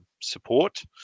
support